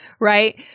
right